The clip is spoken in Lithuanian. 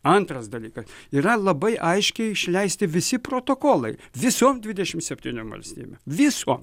antras dalykas yra labai aiškiai išleisti visi protokolai visom dvidešimt septyniom valstybėm visom